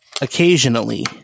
occasionally